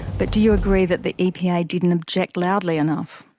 but do you agree that the epa didn't object loudly enough?